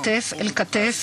(מחיאות כפיים)